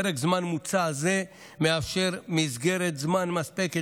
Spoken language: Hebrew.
פרק זמן מוצע זה מאפשר מסגרת זמן מספקת